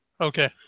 Okay